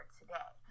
today